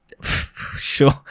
Sure